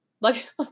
Love